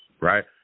right